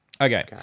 Okay